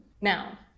Now